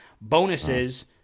bonuses